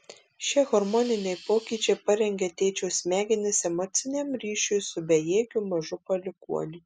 šie hormoniniai pokyčiai parengia tėčio smegenis emociniam ryšiui su bejėgiu mažu palikuoniu